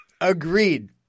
Agreed